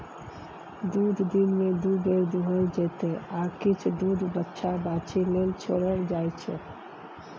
दुध दिनमे दु बेर दुहल जेतै आ किछ दुध बछ्छा बाछी लेल छोरल जाइ छै